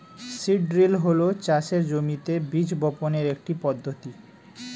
seed drill হল চাষের জমিতে বীজ বপনের একটি পদ্ধতি